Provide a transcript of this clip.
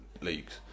leagues